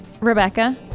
Rebecca